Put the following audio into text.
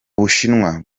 bushinwa